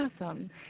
Awesome